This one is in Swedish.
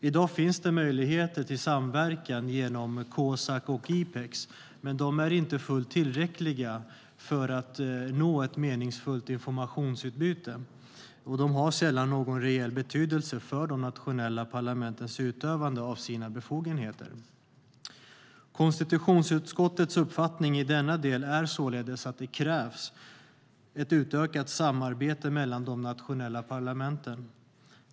I dag finns det möjligheter till samverkan genom Cosac och IPEX, men de är inte fullt tillräckliga för att nå ett meningsfullt informationsutbyte. De har även sällan någon reell betydelse för de nationella parlamentens utövande av sina befogenheter. Konstitutionsutskottets uppfattning i denna del är således att det krävs ett utökat samarbete mellan de nationella parlamenten.